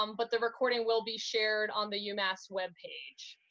um but the recording will be shared on the umass web page.